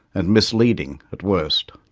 and misleading at worst.